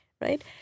right